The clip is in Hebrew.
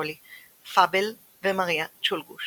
פרנק צ'ולגוש